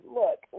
look